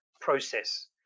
process